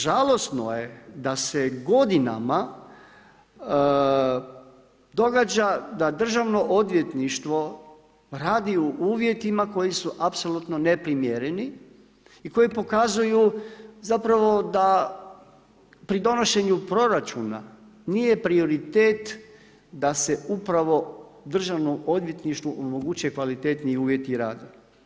Žalosno je da se godinama događa da državno odvjetništvo radi u uvjetima koji su apsolutno neprimjereni i koji pokazuju da pri donošenju proračuna nije prioritet da se upravo državnom odvjetništvu omoguće kvalitetniji uvjeti rada.